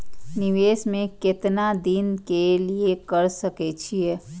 निवेश में केतना दिन के लिए कर सके छीय?